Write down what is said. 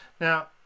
Now